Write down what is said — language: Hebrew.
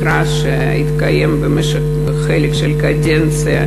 מכרז שהתקיים במשך חלק של הקדנציה,